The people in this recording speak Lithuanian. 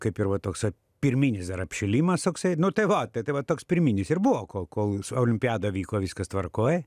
kaip ir va toksai pirminis dar apšilimas toksai nu tai va tai tai vat toks pirminis ir buvo kol kol olimpiada vyko viskas tvarkoj